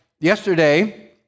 Yesterday